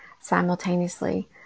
simultaneously